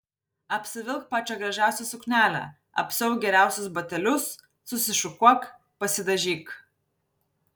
apsivilk pačią gražiausią suknelę apsiauk geriausius batelius susišukuok pasidažyk